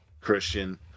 Christian